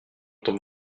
tombe